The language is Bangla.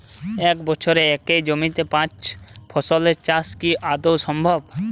এক বছরে একই জমিতে পাঁচ ফসলের চাষ কি আদৌ সম্ভব?